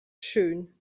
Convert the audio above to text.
schön